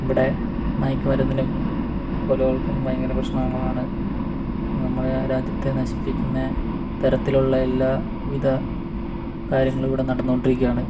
ഇവിടെ മയക്കുമരുന്നും കൊലകളും ഭയങ്കരം പ്രശ്നങ്ങളാണ് നമ്മുടെ രാജ്യത്തെ നശിപ്പിക്കുന്ന തരത്തിലുള്ള എല്ലാവിധ കാര്യങ്ങളും ഇവിടെ നടന്നുകൊണ്ടിരിക്കുകയാണ്